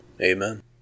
Amen